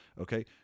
okay